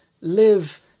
live